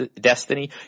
destiny